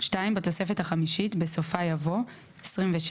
; (2) בתוספת החמישית, בסופה יבוא: "27.